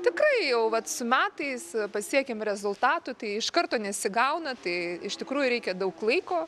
tikrai jau vat su metais pasiekėm rezultatų tai iš karto nesigauna tai iš tikrųjų reikia daug laiko